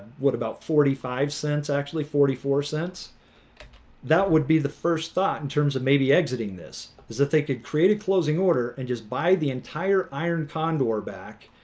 what about forty five cents actually forty four cents that would be the first thought in terms of maybe exiting this is that they could create a closing order and just buy the entire iron condor back